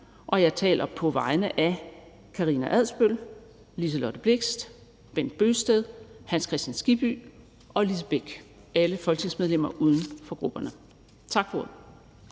og jeg taler på vegne af Karina Adsbøl, Liselott Blixt, Bent Bøgsted, Hans Kristian Skibby og Lise Bech, alle folketingsmedlemmer uden for grupperne. Tak for ordet.